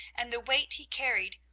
and the weight he carried,